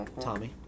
tommy